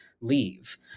leave